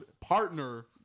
partner